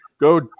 Go